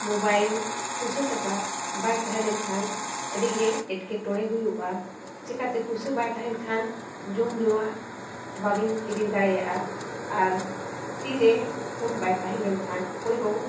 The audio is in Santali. ᱢᱚᱵᱟᱭᱤᱞ ᱯᱚᱭᱥᱟ ᱴᱟᱠᱟ ᱵᱟᱭ ᱛᱟᱦᱮᱸ ᱞᱮᱱᱠᱷᱟᱱ ᱟᱹᱰᱤᱜᱮ ᱮᱴᱠᱮᱴᱚᱬᱮ ᱦᱩᱭᱩᱜᱼᱟ ᱪᱤᱠᱟᱹᱛᱮ ᱯᱚᱭᱥᱟ ᱵᱟᱭ ᱛᱟᱦᱮᱱ ᱠᱷᱟᱱ ᱡᱚᱢ ᱧᱩᱣᱟᱜ ᱵᱟᱹᱵᱤᱱ ᱠᱤᱨᱤᱧ ᱫᱟᱲᱮᱭᱟᱜᱼᱟ ᱟᱨ ᱛᱤᱨᱮ ᱯᱷᱳᱱ ᱵᱟᱭ ᱛᱟᱦᱮᱸ ᱞᱮᱱᱠᱷᱟᱱ ᱚᱠᱚᱭ ᱦᱚᱸ